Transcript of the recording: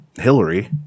Hillary